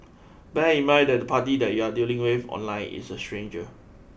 bear in mind that the party that you are dealing with online is a stranger